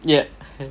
yup